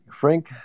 Frank